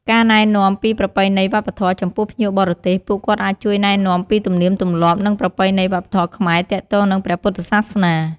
ការរក្សាសន្តិសុខ នៅក្នុងពិធីបុណ្យធំៗ ពុទ្ធបរិស័ទមួយចំនួនក៏អាចជួយរក្សាសន្តិសុខ និងសណ្ដាប់ធ្នាប់ ដើម្បីធានាសុវត្ថិភាពដល់ភ្ញៀវផងដែរ។